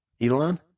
Elon